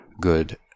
Good